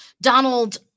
Donald